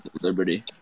Liberty